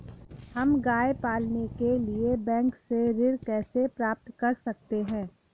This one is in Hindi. हम गाय पालने के लिए बैंक से ऋण कैसे प्राप्त कर सकते हैं?